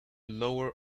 lower